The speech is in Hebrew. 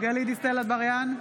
גלית דיסטל אטבריאן,